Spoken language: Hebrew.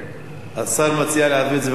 השר מציע להעביר את זה לוועדת הכלכלה.